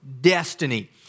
destiny